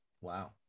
wow